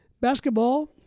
Basketball